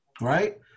right